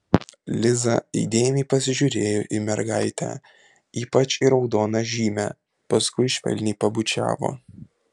liza įdėmiai pasižiūrėjo į mergaitę ypač į raudoną žymę paskui švelniai pabučiavo